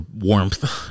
warmth